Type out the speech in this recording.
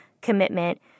commitment